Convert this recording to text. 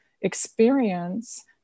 experience